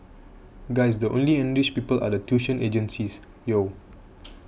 guys the only enriched people are the tuition agencies Yo